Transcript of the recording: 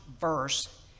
verse